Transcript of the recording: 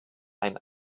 ein